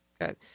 good